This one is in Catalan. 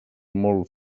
molt